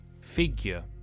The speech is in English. Figure